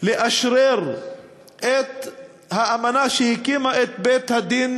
לאשרור האמנה שהקימה את בית-הדין